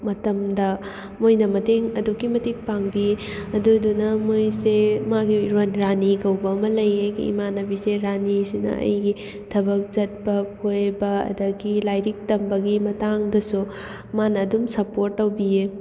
ꯃꯇꯝꯗ ꯃꯣꯏꯅ ꯃꯇꯦꯡ ꯑꯗꯨꯛꯀꯤ ꯃꯇꯤꯛ ꯄꯥꯡꯕꯤ ꯑꯗꯨꯗꯨꯅ ꯃꯣꯏꯁꯦ ꯃꯥꯒꯤ ꯔꯥꯅꯤ ꯀꯧꯕ ꯑꯃ ꯂꯩꯌꯦ ꯑꯩꯒꯤ ꯏꯃꯥꯟꯅꯕꯤꯁꯦ ꯔꯥꯅꯤꯁꯤꯅ ꯑꯩꯒꯤ ꯊꯕꯛ ꯆꯠꯄ ꯀꯣꯏꯕ ꯑꯗꯒꯤ ꯂꯥꯏꯔꯤꯛ ꯇꯝꯕꯒꯤ ꯃꯇꯥꯡꯗꯁꯨ ꯃꯥꯅ ꯑꯗꯨꯝ ꯁꯄꯣꯔꯠ ꯇꯧꯕꯤꯌꯦ